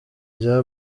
rya